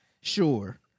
Sure